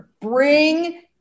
Bring